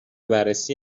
بررسی